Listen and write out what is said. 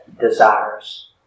desires